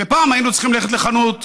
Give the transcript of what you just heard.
פעם היינו צריכים ללכת לחנות ולקנות,